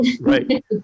Right